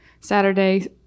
Saturday